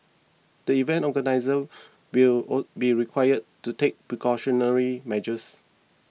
the event organisers will all be required to take precautionary measures